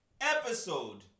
episode